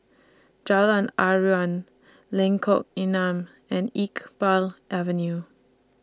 Jalan Aruan Lengkong Enam and Iqbal Avenue